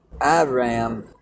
Iram